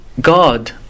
God